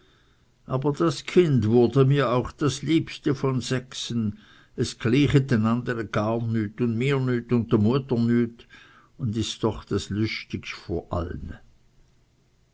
aber das kind wurde mir auch das liebste von sechsen es glychet den andere gar nüt und mir nüt und der muetter nüt und ist doch das lüstigst von allen